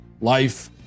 life